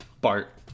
Bart